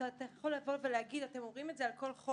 אתה יכול לומר: אתם אומרים את זה על כל חוק,